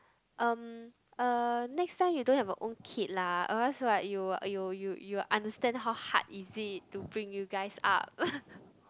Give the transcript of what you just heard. um uh next time you don't have your own kid lah always what you you you you understand how hard is it to bring you guys up